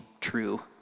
true